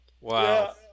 Wow